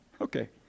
okay